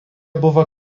buvo